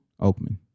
oakman